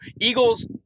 Eagles